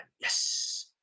Yes